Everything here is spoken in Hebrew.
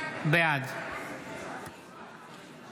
בעד